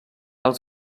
els